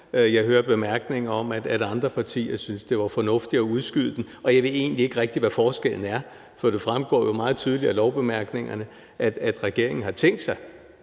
Jeg hørte bemærkninger om, at andre partier syntes, det var fornuftigt at udskyde den, og jeg ved egentlig ikke rigtig, hvad forskellen er, for det fremgår jo meget tydeligt af lovbemærkningerne, at regeringen har tænkt sig,